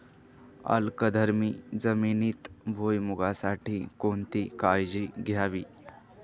अल्कधर्मी जमिनीत भुईमूगासाठी कोणती काळजी घ्यावी?